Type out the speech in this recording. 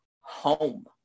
home